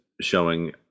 showing